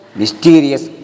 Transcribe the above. mysterious